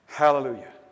Hallelujah